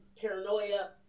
paranoia